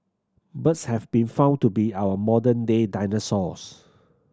birds have been found to be our modern day dinosaurs